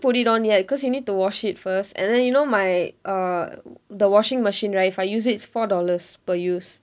put it on yet cause you need to wash it first and then you know my err the washing machine right if I use it it's four dollars per use